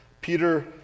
Peter